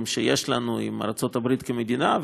שיש לנו עם ארצות הברית כמדינה,